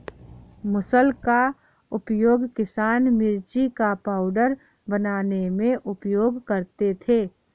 मुसल का उपयोग किसान मिर्ची का पाउडर बनाने में उपयोग करते थे